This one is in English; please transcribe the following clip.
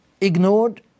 ignored